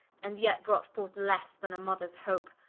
and yet brought forth lesse then a mothers hope,